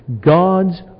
God's